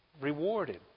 rewarded